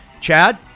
Chad